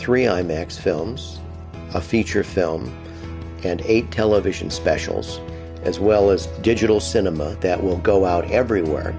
three imax films a feature film and a television specials as well as digital cinema that will go out everywhere